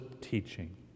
teaching